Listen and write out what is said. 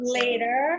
later